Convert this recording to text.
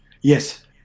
Yes